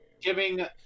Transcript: giving